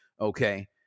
Okay